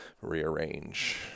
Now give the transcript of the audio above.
rearrange